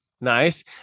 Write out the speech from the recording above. nice